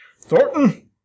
Thornton